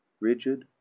rigid